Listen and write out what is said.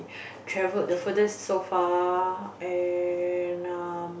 traveled the furthest so far and um